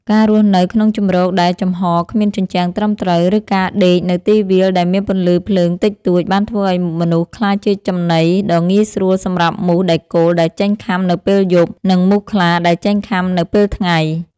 ការរស់នៅក្នុងជម្រកដែលចំហគ្មានជញ្ជាំងត្រឹមត្រូវ ឬការដេកនៅទីវាលដែលមានពន្លឺភ្លើងតិចតួច បានធ្វើឱ្យមនុស្សក្លាយជាចំណីដ៏ងាយស្រួលសម្រាប់មូសដែកគោលដែលចេញខាំនៅពេលយប់ និងមូសខ្លាដែលចេញខាំនៅពេលថ្ងៃ។